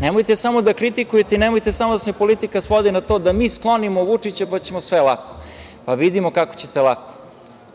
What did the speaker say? nemojte samo da kritikujete i nemojte samo da se politika svodi na to da mi sklonimo Vučića pa ćemo sve lako. Pa, vidimo kako ćete lako.